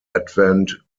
advent